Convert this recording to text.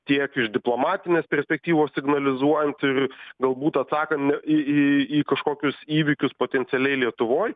tiek iš diplomatinės perspektyvos signalizuojant ir galbūt atsakan ne į į į kažkokius įvykius potencialiai lietuvoj